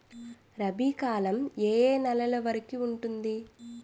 రబీ కాలం ఏ ఏ నెల వరికి ఉంటుంది?